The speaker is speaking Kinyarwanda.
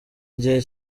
igihe